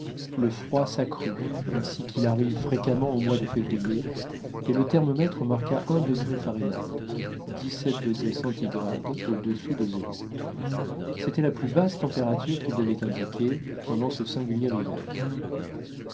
le froid s'accrut ainsi qu'il arrive fréquemment au mois de février et le thermomètre marqua un degré fahrenheit c'était la plus basse température qu'il devait indiquer pendant ce singulier hiver